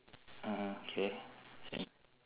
(uh huh) K